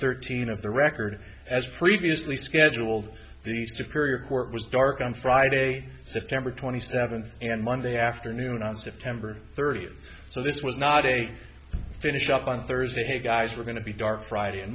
thirteen of the record as previously scheduled the superior court was dark on friday september twenty seventh and monday afternoon on september thirtieth so this was not a finish up on thursday hey guys we're going to be dark friday and